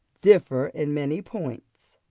differ in many points.